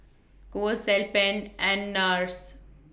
Kose Alpen and Nars